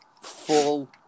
full